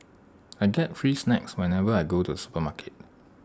I get free snacks whenever I go to the supermarket